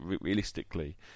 realistically